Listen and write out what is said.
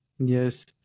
Yes